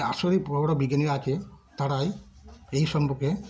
আসলে বড় বড় বিজ্ঞানীরা আছে তারাই এই সম্পর্কে